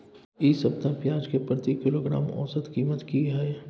इ सप्ताह पियाज के प्रति किलोग्राम औसत कीमत की हय?